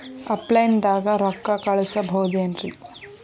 Offline ದಾಗ ರೊಕ್ಕ ಕಳಸಬಹುದೇನ್ರಿ?